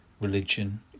religion